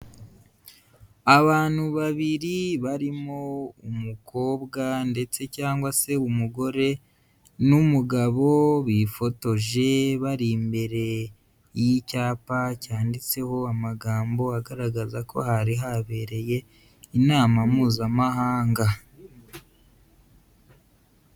Abantu babiri barimo umukobwa ndetse cyangwa se umugore n'umugabo bifotoje bari imbere y'icyapa cyanditseho amagambo agaragaza ko hari habereye inama Mpuzamahanga.